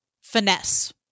finesse